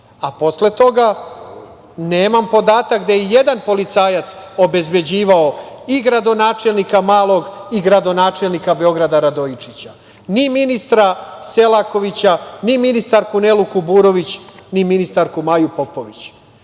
a posle toga nemam podatak da je i jedan policajac obezbeđivao i gradonačelnika Malog i gradonačelnika Beograda Radojičića, ni ministra Selakovića, ni ministarku Nelu Kuburović, ni ministarku Maju Popović. Dakle,